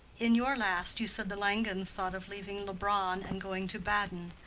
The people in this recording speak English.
in your last you said the langens thought of leaving leubronn and going to baden.